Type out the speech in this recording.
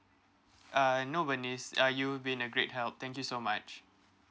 uh no when is uh you've been a great help thank you so much